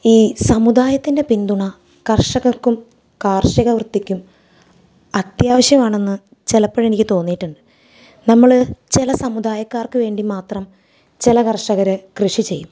ഈ സമുദായത്തിൻ്റെ പിന്തുണ കർഷകർക്കും കാർഷികവൃത്തിക്കും അത്യാവശ്യമാണെന്ന് ചിലപ്പോഴെനിക്ക് തോന്നിയിട്ടുണ്ട് നമ്മള് ചില സമുദായക്കാർക്ക് വേണ്ടി മാത്രം ചില കർഷകര് കൃഷി ചെയ്യും